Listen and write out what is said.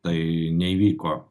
tai neįvyko